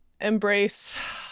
embrace